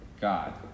God